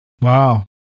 Wow